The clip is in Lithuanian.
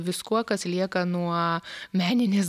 viskuo kas lieka nuo meninės